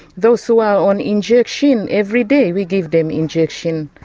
those who are on injection every day, we give them injection.